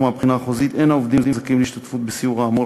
מהבחינה החוזית אין העובדים זכאים להשתתפות בסיור האמור